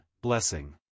Blessing